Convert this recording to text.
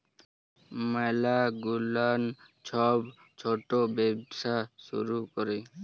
ম্যালা গুলান ছব ছট ব্যবসা শুরু ক্যরে